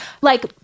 Like-